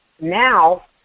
now